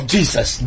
Jesus